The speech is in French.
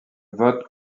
vote